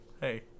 Hey